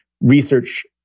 research